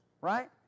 Right